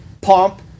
pomp